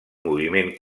moviment